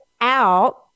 out